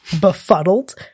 befuddled